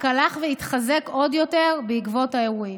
הלך והתחזק עוד יותר בעקבות האירועים.